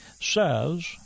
says